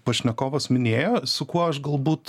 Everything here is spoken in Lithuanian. pašnekovas minėjo su kuo aš galbūt